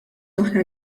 oħra